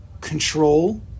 control